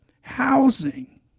Housing